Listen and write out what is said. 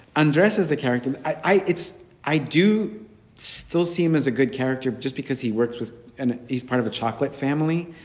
undresses the character. and i it's i do still see him as a good character just because he works with and he's part of the chocolate family.